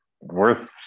worth